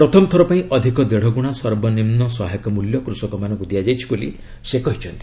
ପ୍ରଥମଥର ପାଇଁ ଅଧିକ ଦେଢ଼ଗୁଣା ସର୍ବନିମ୍ନ ସହାୟକ ମୂଲ୍ୟ କୃଷକମାନଙ୍କୁ ଦିଆଯାଇଛି ବୋଲି ସେ କହିଚ୍ଛନ୍ତି